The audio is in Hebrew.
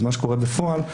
בפועל,